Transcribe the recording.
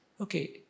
Okay